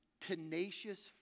tenacious